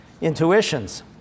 intuitions